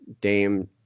Dame